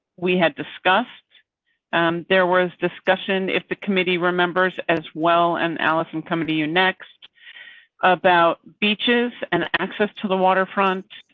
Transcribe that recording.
we had discussed and there was discussion if the committee remembers as well and allison coming to you next about beaches and access to the waterfront.